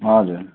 हजुर